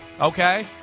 okay